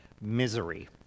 misery